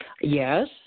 Yes